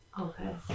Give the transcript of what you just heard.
Okay